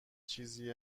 چیزی